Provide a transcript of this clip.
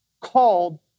called